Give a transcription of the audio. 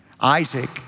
Isaac